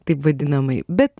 taip vadinamai bet